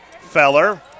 Feller